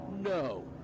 no